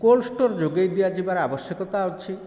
cold store ଯୋଗାଇ ଦିଆଯିବାର ଆବଶ୍ୟକତା ଅଛି